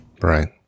Right